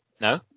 No